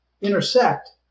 intersect